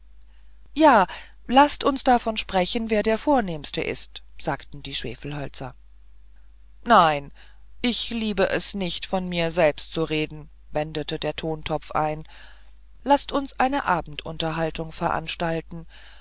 ja laßt uns davon sprechen wer der vornehmste ist sagten die schwefelhölzer nein ich liebe es nicht von mir selbst zu reden wendete der thontopf ein laßt uns eine abendunterhaltung veranstalten